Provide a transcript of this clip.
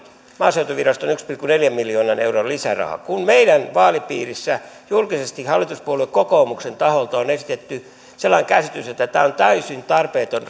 maaseutuviraston yhden pilkku neljän miljoonan euron lisärahan kun meidän vaalipiirissä julkisesti hallituspuolue kokoomuksen taholta on esitetty sellainen käsitys että tämä on täysin tarpeeton